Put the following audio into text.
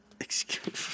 Excuse